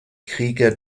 krieger